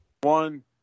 one